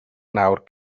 nawr